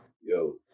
yo